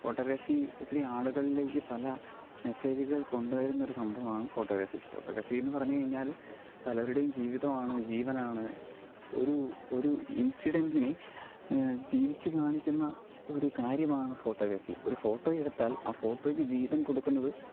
photography ഇത്രയും ആളുകളിലേക്കു പല മെസേജുകള് കൊണ്ടു വരുന്ന ഒരു സംഭവമാണ് ഫോട്ടോഗ്രഫി ഫോട്ടോഗ്രഫി എന്നു പറഞ്ഞു കഴിഞ്ഞാൽ പലരുടെയും ജീവിതമാണ് ജീവനാണ് ഒരു ഒരു ഇന്സിഡന്റിന് ജീവിച്ചു കാണിക്കുന്ന ഒരു കാര്യമാണ് ഫോട്ടോഗ്രഫി ഒരു ഫോട്ടോ എടുത്താല് ആ ഫോട്ടോയ്ക്ക് ജീവന് കൊടുക്കുന്നത്